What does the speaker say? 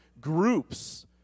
Groups